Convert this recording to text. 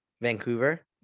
Vancouver